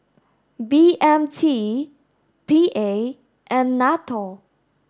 B M T P A and NATO